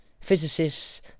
Physicists